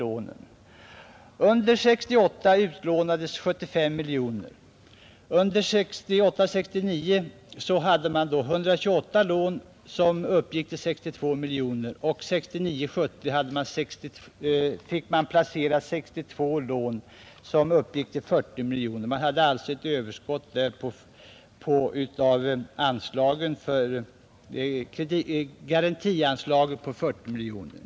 Under 1968 utlånades 75 miljoner, under 1968 70 fick man placera 62 lån som uppgick till 40 miljoner kronor. Man hade alltså där ett överskott av garantianslaget på 40 miljoner.